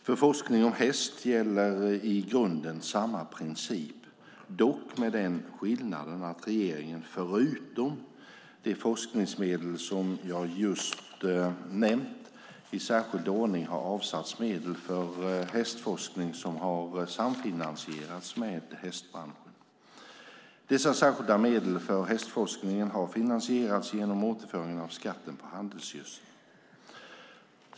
För forskning om häst gäller i grunden samma princip, dock med den skillnaden att regeringen - förutom de forskningsmedel som jag just nämnt - i särskild ordning har avsatt medel för hästforskning som har samfinansierats med hästbranschen. Dessa särskilda medel för hästforskningen har finansierats genom återföringen av skatten på handelsgödsel.